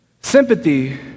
Sympathy